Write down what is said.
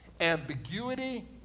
ambiguity